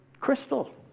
Crystal